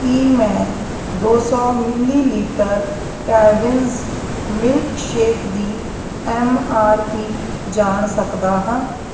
ਕੀ ਮੈਂ ਦੋ ਸੌ ਮਿਲੀਲੀਟਰ ਕੈਵਿਨਜ਼ ਮਿਲਕ ਸ਼ੇਕ ਦੀ ਐੱਮ ਆਰ ਪੀ ਜਾਣ ਸਕਦਾ ਹਾਂ